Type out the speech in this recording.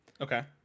Okay